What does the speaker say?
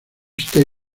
state